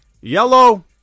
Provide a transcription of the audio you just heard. Yellow